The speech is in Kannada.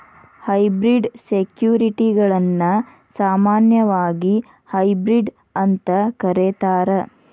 ಹೈಬ್ರಿಡ್ ಸೆಕ್ಯುರಿಟಿಗಳನ್ನ ಸಾಮಾನ್ಯವಾಗಿ ಹೈಬ್ರಿಡ್ ಅಂತ ಕರೇತಾರ